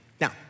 Now